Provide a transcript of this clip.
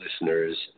listeners